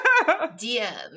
DM